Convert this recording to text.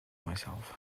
myself